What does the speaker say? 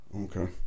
Okay